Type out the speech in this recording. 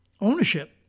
ownership